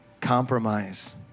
Compromise